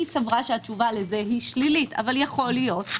סברה שהתשובה לזה שלילית אבל יכול להיות,